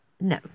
no